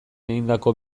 egindako